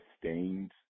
sustained